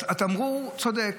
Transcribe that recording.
התמרור צודק,